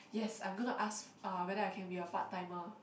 yes I'm going to ask uh whether I can be a part timer